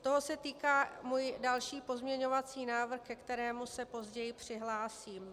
Toho se týká můj další pozměňovací návrh, ke kterému se později přihlásím.